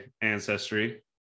ancestry